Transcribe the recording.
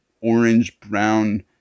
orange-brown